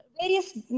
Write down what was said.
various